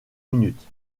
minutes